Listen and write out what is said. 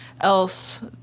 else